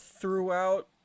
throughout